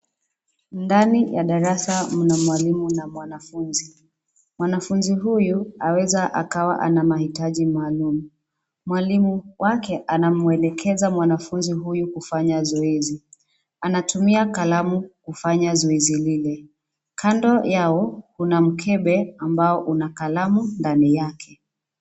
Ndani ya darasa mna mwalimu na mwanafunzi. Mwanafunzi huyu aweza akawa ana mahitaji maalum. Mwalimu wake anamwelekeza mwanafunzi huyu kufanya zoezi. Anatumia kalamu kufanya zoezi lile. Kando yao kuna mkebe ambao una kalamu ndani yake.